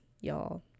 y'all